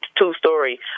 two-story